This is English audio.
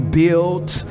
built